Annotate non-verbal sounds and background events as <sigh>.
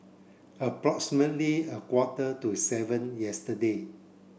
<unintelligible> a quarter to seven yesterday